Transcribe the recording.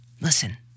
Listen